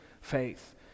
faith